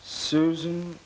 susan